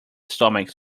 stomach